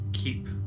keep